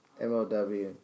MOW